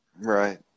Right